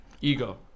ego